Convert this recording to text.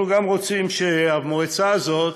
אנחנו גם רוצים שהמועצה הזאת